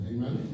Amen